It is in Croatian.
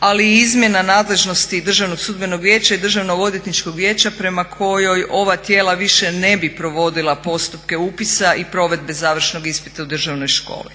ali i izmjena nadležnosti Državnog sudbenog vijeća i Državnog odvjetničkog vijeća prema kojoj ova tijela više ne bi provodila postupke upisa i provedbe završnog ispita u državnoj školi.